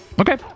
Okay